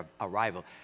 arrival